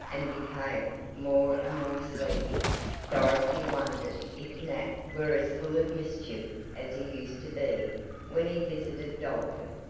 and became more and more sleepy dorothy wondered if nat were as full of mischief as he used to be when he visited dalton,